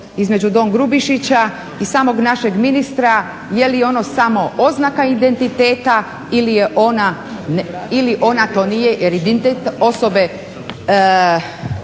između don Grubišića i samog našeg ministra je li ono samo oznaka identiteta ili ona to nije, jer identitet osobe